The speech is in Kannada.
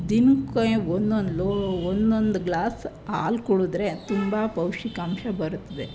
ದಿನಕ್ಕೆ ಒಂದೊಂದು ಲೋ ಒಂದೊಂದು ಗ್ಲಾಸ್ ಹಾಲು ಕುಡಿದ್ರೆ ತುಂಬ ಪೌಷ್ಟಿಕಾಂಶ ಬರುತ್ತದೆ